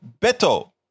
Beto